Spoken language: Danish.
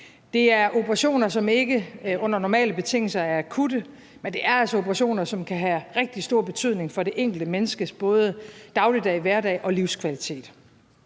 Det er operationer, som ikke under normale betingelser er akutte, men det er altså operationer, som kan have rigtig stor betydning for det enkelte menneskes dagligdag, hverdag og livskvalitet.